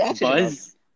Buzz